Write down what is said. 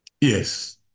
Yes